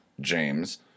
James